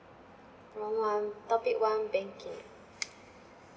call one topic one banking